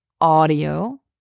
audio